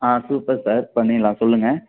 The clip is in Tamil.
ஆ சூப்பர் சார் பண்ணிடலாம் சொல்லுங்கள்